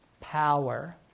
power